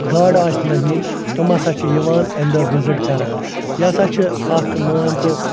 گاڈٕ آسہٕ نَکھ نِنۍ تِم ہسا چھِ یِوان اَمہِ دۄہ وِزِٹ کَران یہِ ہسا چھِ اکھ مان تہٕ